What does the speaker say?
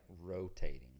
rotating